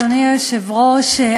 אדוני היושב-ראש,